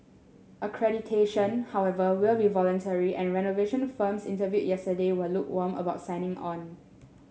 accreditation however will be voluntary and renovation firms interviewed yesterday were lukewarm about signing on